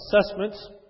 assessments